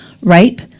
rape